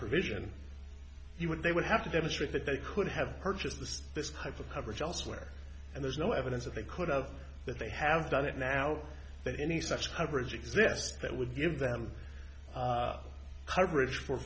provision you would they would have to demonstrate that they could have purchased this this type of coverage elsewhere and there's no evidence that they could of that they have done it now that any such coverage exists that would give them coverage for